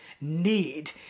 need